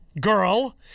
girl